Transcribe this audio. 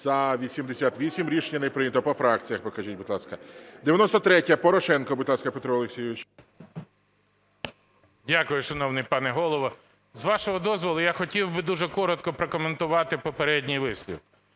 За-88 Рішення не прийнято. По фракціях покажіть, будь ласка. 93-я, Порошенко. Будь ласка, Петро Олексійович. 13:22:39 ПОРОШЕНКО П.О. Дякую, шановний пане Голово. З вашого дозволу, я хотів би дуже коротко прокоментувати попередній вислів.